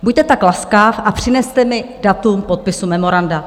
Buďte tak laskav a přineste mi datum podpisu memoranda.